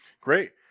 Great